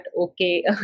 okay